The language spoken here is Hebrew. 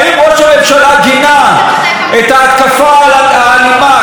האם ראש הממשלה גינה את ההתקפה האלימה,